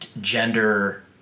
gender